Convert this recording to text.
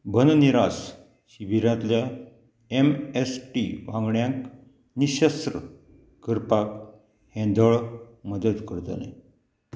बन निराश शिबिरांतल्या M S T वांगड्यांक निशस्र करपाक हें दळ मदत करतलें